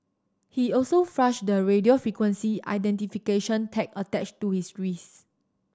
he also flushed the radio frequency identification tag attached to his wrist